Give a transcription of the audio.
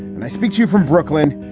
and i speak to you from brooklyn,